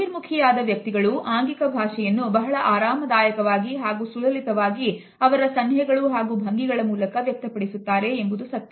ಬಹಿರ್ಮುಖಿ ಯಾದ ವ್ಯಕ್ತಿಗಳು ಆಂಗಿಕ ಭಾಷೆಯನ್ನು ಬಹಳ ಆರಾಮದಾಯಕವಾಗಿ ಹಾಗೂ ಸುಲಲಿತವಾಗಿ ಅವರ ಸನ್ನೆಗಳು ಹಾಗೂ ಭಂಗಿಗಳ ಮೂಲಕ ವ್ಯಕ್ತಪಡಿಸುತ್ತಾರೆ ಎಂಬುದು ಸತ್ಯ